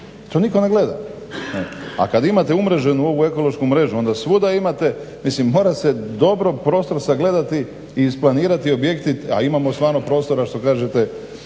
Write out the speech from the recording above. To nitko ne gleda. A kad imate umreženu ovu ekološku mrežu onda svuda imate, mislim mora se dobro prostor sagledati i isplanirati objekte a imamo stvarno prostora što kažete.